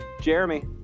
Jeremy